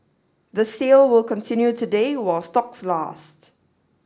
the sale will continue today while stocks last